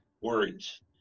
words